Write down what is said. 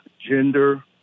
gender